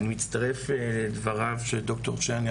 ואני מצטרף לדבריו של ד"ר צ'רנס,